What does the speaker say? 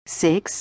six